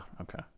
Okay